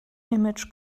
image